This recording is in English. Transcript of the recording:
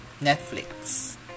Netflix